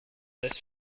this